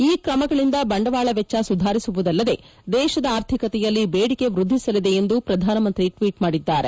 ಈ ಕ್ರಮಗಳಿಂದ ಬಂಡವಾಳ ವೆಚ್ಚ ಸುಧಾರಿಸುವುದಲ್ಲದೆ ದೇಶದ ಆರ್ಥಿಕತೆಯಲ್ಲಿ ಬೇಡಿಕೆ ವ್ಯದ್ವಿಸಲಿದೆ ಎಂದು ಪ್ರಧಾನಮಂತ್ರಿ ಟ್ಟೀಟ್ ಮಾಡಿದ್ದಾರೆ